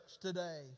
today